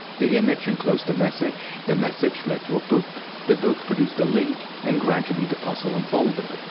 the image enclosed a message, the message lead to a book, the book produced a link, and gradually the puzzle unfolded.